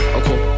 okay